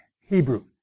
Hebrew